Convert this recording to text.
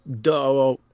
duh